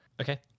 Okay